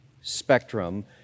spectrum